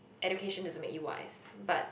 education doesn't make you wise but